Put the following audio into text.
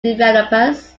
developers